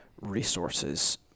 resources